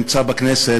נמצא בכנסת,